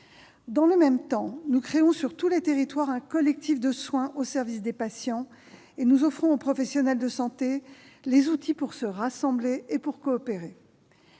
Dans le même temps, nous créons sur tous les territoires un collectif de soins au service des patients et nous offrons aux professionnels de santé les outils pour se rassembler et coopérer.